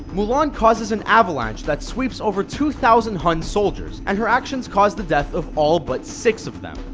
mulan causes an avalanche that sweeps over two thousand hun solders and her actions cause the death of all but six of them.